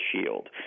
shield